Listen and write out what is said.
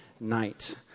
night